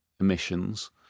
emissions